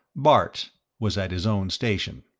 bart was at his own station.